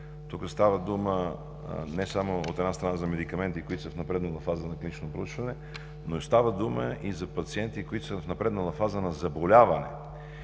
Тук става дума не само, от една страна, за медикаменти, които са в напреднала фаза на клинично проучване, но става дума и за пациенти, които са в напреднала фаза на заболяване